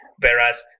Whereas